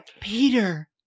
Peter